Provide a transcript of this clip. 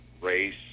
race